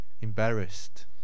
embarrassed